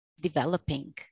developing